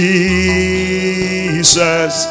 Jesus